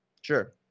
sure